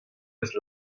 eus